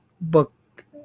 book